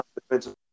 defensive